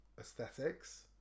aesthetics